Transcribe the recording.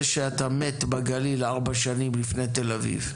שאתה מת בגליל ארבע שנים לפני תל אביב.